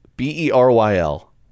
B-E-R-Y-L